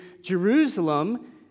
Jerusalem